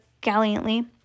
gallantly